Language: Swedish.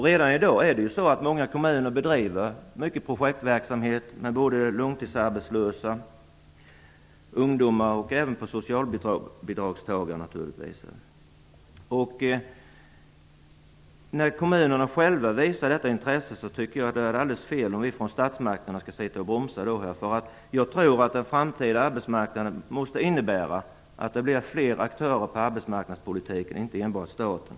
Redan i dag bedriver många kommuner projektverksamhet med långtidsarbetslösa, ungdomar och socialbidragstagare. När kommunerna själva visar detta intresse tycker jag att det vore fel om vi från statsmakterna bromsade. Den framtida arbetsmarknaden måste innebära att det blir fler aktörer inom arbetsmarknadspolitiken - inte bara staten.